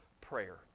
prayer